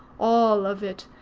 all of it,